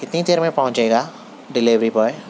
کتنی دیر میں پہنچے گا ڈلیوری بائے